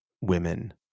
women